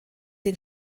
den